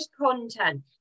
content